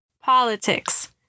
Politics